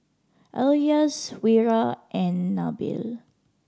Elyas Wira and Nabil